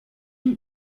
une